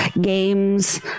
games